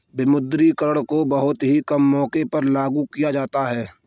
विमुद्रीकरण को बहुत ही कम मौकों पर लागू किया जाता है